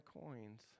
coins